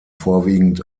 vorwiegend